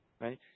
Right